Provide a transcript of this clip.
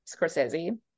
Scorsese